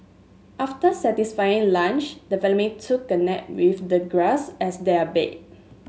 after satisfying lunch the family took a nap with the grass as their bed